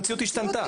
המציאות השתנתה.